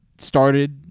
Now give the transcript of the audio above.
Started